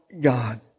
God